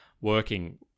working